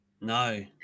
No